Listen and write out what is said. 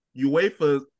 uefa